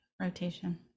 rotation